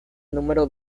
número